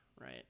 right